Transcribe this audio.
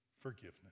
forgiveness